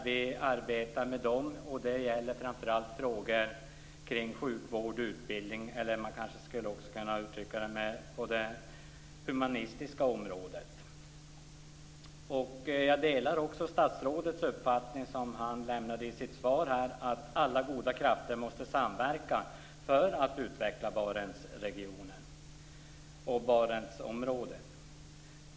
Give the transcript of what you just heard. Vi samarbetar i framför allt frågor kring sjukvård och utbildning och på det humanistiska området. Jag delar statsrådets uppfattning, som han angav i sitt svar, att alla goda krafter måste samverka för att utveckla Barentsområdet.